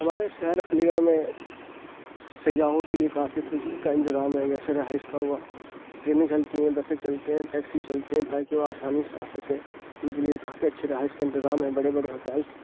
ہمارے شہر علی گڑھ میں سیاحوں کے لیے کافی کچھ کا انتظام ہے جیسے رہائش کا ہُوا ٹرینیں چلتی ہیں بسیں چلتی ہیں ٹیکسی چلتی ہیں تا کہ وہ آسانی سے آ سکیں اُن کے لیے کافی اچھے رہائش کا انتظام ہے بڑے بڑے ہوٹلس